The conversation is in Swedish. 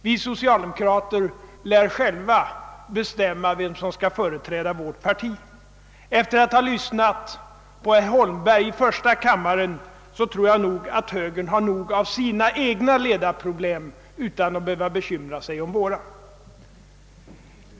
Vi socialdemokrater lär själva bestämma vem som skall företräda vårt parti! Efter att ha lyssnat på herr Holmberg i första kammaren tror jag att högern har nog av sina egna ledarproblem utan att behöva bekymra sig om våra!